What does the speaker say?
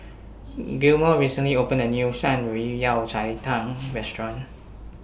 Gilmore recently opened A New Shan Rui Yao Cai Tang Restaurant